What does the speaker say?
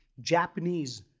Japanese